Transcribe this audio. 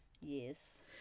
Yes